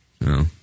No